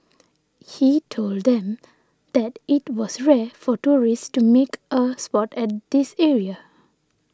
he told them that it was rare for tourists to make a sport at this area